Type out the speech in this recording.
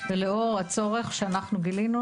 ולאור הצורך שאנחנו גילינו,